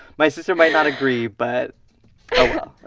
my sister may not agree, but oh